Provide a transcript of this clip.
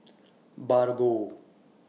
Bargo